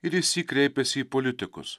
ir išsyk kreipiasi į politikus